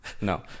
No